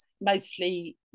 mostly